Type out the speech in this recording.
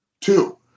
Two